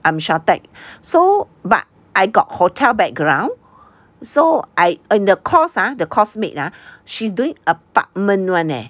I'm SHATEC so but I got hotel background so I in the course ah the course mate ah she's doing apartment [one] eh